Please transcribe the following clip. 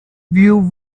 view